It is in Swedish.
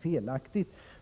felaktig siffra.